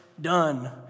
Done